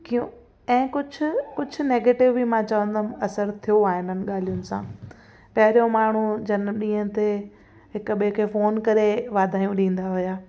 कयूं ऐं कुझु कुझु नैगेटिव बि मां चवंदमि असर थियो आहे हिननि ॻाल्हियुनि सां पहिरियों माण्हू जनम ॾींहं ते हिक ॿिए खे फोन करे वाधायूं ॾींदा हुआ